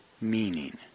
meaning